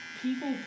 people